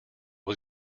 was